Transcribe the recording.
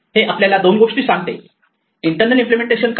हे आपल्याला दोन गोष्टी सांगते इंटरनल इम्पलेमेंटेशन काय आहे